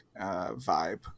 vibe